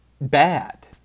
bad